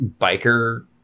biker